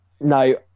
No